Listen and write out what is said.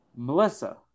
Melissa